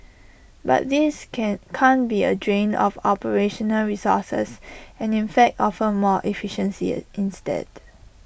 but this can can't be A drain on operational resources and in fact offer more efficiency instead